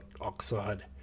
Oxide